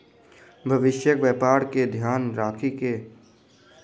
भविष्यक व्यापार के ध्यान राइख के संपत्ति पर निवेश करबाक चाही